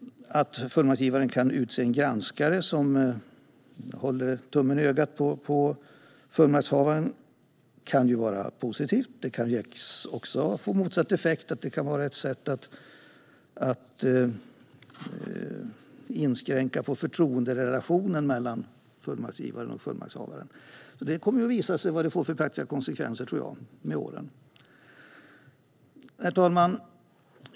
Att fullmaktsgivaren kan utse en granskare som håller tummen i ögat på fullmaktshavaren kan vara positivt. Men det kan också få motsatt effekt och vara ett sätt att inskränka förtroenderelationen mellan fullmaktsgivaren och fullmaktshavaren. Det kommer med åren att visa sig vad det får för praktiska konsekvenser, tror jag. Herr talman!